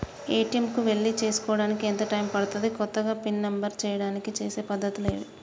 ATM కు వెళ్లి చేసుకోవడానికి ఎంత టైం పడుతది? కొత్తగా పిన్ నంబర్ చేయడానికి చేసే పద్ధతులు ఏవి?